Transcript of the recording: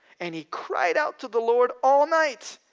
and he cried out to the lord all night.